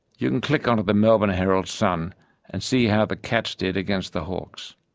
you can click on to the melbourne herald sun and see how the cats did against the hawks.